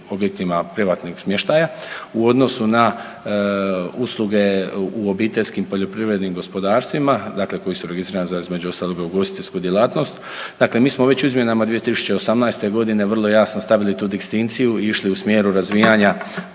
objektima privatnog smještaja u odnosu na usluge u obiteljskim poljoprivrednim gospodarstvima, dakle koji registrirani za između ostaloga ugostiteljsku djelatnost. Dakle, mi smo već u izmjenama 2018. godine vrlo jasno stavili tu distinkciju, išli u smjeru razvijanja